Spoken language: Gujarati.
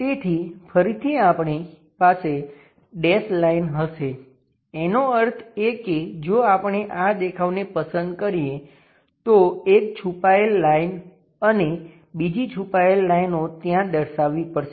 તેથી ફરીથી આપણી પાસે ડેશ લાઈન હશે એનો અર્થ એ કે જો આપણે આ દેખાવને પસંદ કરીએ તો એક છુપાયેલ લાઈન અને બીજી છુપાયેલ લાઇનો ત્યાં દર્શાવવી પડશે